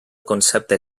concepte